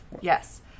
yes